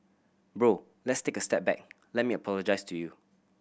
Bro let's take a step back let me apologise to you